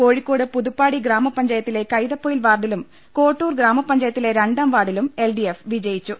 കോഴിക്കോട് പുതുപ്പാടി ഗ്രാമപഞ്ചായത്തിലെ കൈത പ്പൊയിൽ വാർഡിലും കോട്ടൂർ ഗ്രാമപഞ്ചായത്തിലെ രണ്ടാം വാർഡിലും എൽ ഡി എഫ് വിജയിച്ചു